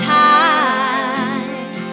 time